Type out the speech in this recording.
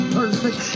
perfect